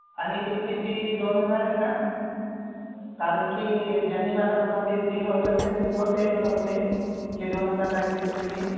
आणि तुमची फी दोन हजार आहे का कारण की ज्यांनी मला नंबर दि दिला होता त्यांनी बोलले होते की दोन हजार लागेल तुमची फी